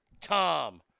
Tom